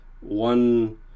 one